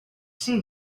she